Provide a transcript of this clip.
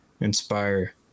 inspire